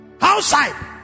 outside